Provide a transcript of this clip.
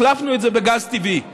החלפנו את זה בגז טבעי,